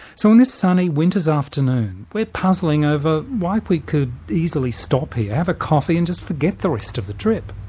so on this sunny winter's afternoon we're puzzling over why we could easily stop here, have a coffee and just forget the rest of the trip.